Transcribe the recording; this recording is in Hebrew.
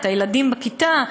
את הילדים בכיתה,